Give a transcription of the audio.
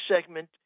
segment